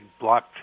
blocked